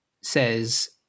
says